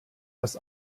das